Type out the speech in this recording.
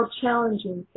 challenging